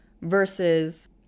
versus